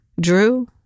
Drew